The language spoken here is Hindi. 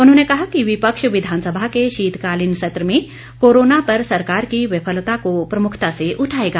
उन्होंने कहा कि विपक्ष विधानसभा के शीतकालीन सत्र में कोरोना पर सरकार की विफलता को प्रमुखता से उठाएगा